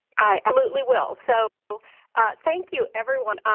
i absolutely will. so thank you everyone.